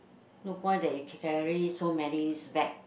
no point that you carry so many bag